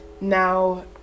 Now